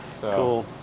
Cool